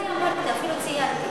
זה אמרתי, אפילו ציינתי.